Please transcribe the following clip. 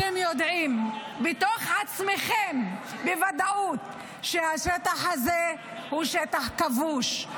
אתם יודעים מתוך עצמכם בוודאות שהשטח הזה הוא שטח כבוש.